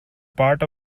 part